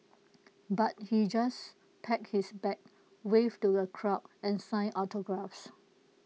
but he just packed his bag waved to the crowd and signed autographs